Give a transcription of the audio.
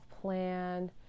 plan